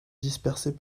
dispersées